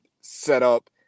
setup